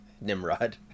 Nimrod